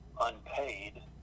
unpaid